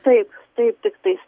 taip taip tiktais